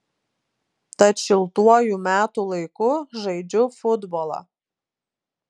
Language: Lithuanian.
tad šiltuoju metų laiku žaidžiu futbolą